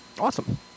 awesome